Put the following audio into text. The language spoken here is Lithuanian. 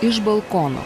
iš balkono